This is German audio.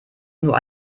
nur